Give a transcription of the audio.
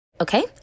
Okay